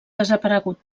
desaparegut